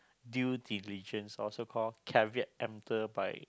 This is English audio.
due diligence also called by